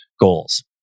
goals